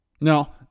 Now